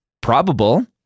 probable